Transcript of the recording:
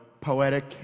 poetic